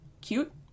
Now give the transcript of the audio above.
cute